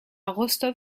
rostov